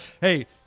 Hey